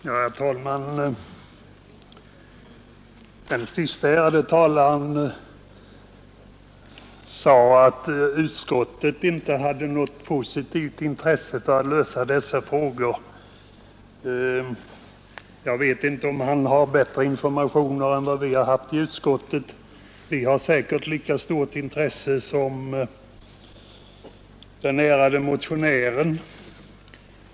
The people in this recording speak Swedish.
Herr talman! Den senaste ärade talaren sade att jordbruksutskottet inte hade något positivt intresse av att lösa dessa frågor. Jag vet inte om han har bättre informationer än vi har haft i utskottet; vi har säkert lika stort intresse som den ärade motionären.